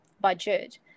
budget